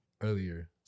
earlier